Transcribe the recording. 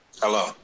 Hello